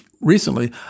recently